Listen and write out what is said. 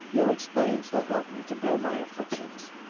your experience will help me to bear my afflictions